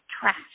trash